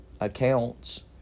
accounts